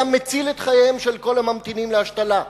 היה מציל את חייהם של כל הממתינים להשתלה.